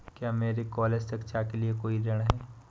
क्या मेरे कॉलेज शिक्षा के लिए कोई ऋण है?